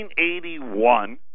1981